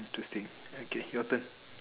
interesting okay your turn